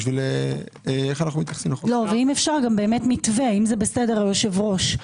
ואדוני היושב-ראש,